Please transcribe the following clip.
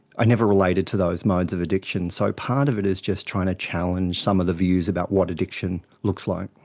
i never related to those modes of addiction. so part of it is just trying to challenge some of the views about what addiction looks like.